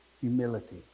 Humility